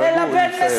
תירגעו, היא תסיים.